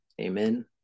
Amen